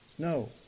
No